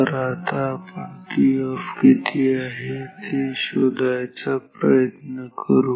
तर आता आपण TOFF किती आहे ते शोधायचा प्रयत्न करू